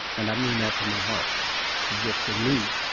and i mean that from my heart. it's just for me,